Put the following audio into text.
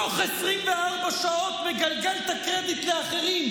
תוך 24 שעות מגלגל את הקרדיט לאחרים,